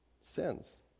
sins